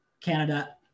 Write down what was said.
Canada